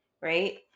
right